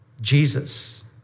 Jesus